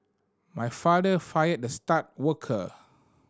my father fired the star worker